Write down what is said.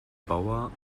bauer